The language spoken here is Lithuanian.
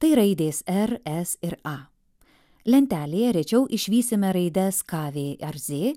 tai raidės er es ir a lentelėje rečiau išvysime raides ka vė ar zė